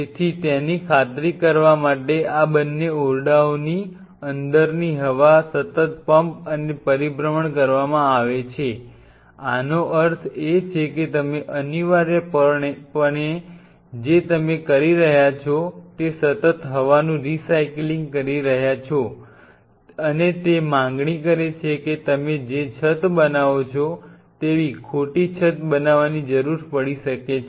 તેથી તેની ખાતરી કરવા માટે કે આ બંને ઓરડાઓની અંદરની હવા સતત પમ્પ અને પરિભ્રમણ કરવામાં આવે છે આનો અર્થ એ કે તમે અનિવાર્યપણે જે તમે કરી રહ્યા છો તે સતત હવાનું રિસાયક્લિંગ કરી રહ્યા છો અને તે માંગણી કરે છે કે તમે જે છત બનાવો છો તેવી ખોટી છત બનાવવાની જરૂર પડી શકે છે